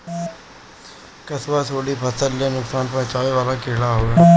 कंसुआ, सुंडी फसल ले नुकसान पहुचावे वाला कीड़ा हवे